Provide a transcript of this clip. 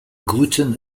gluten